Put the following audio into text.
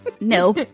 No